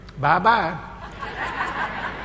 Bye-bye